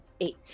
eight